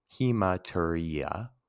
hematuria